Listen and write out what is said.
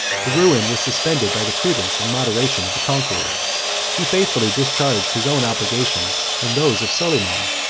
the ruin was suspended by the prudence and moderation of the conqueror he faithfully discharged his own obligations and those of soliman,